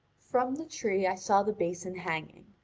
from the tree i saw the basin hanging,